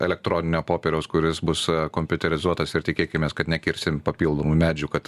elektroninio popieriaus kuris bus kompiuterizuotas ir tikėkimės kad nekirsim papildomų medžių kad